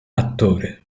attore